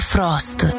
Frost